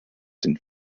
den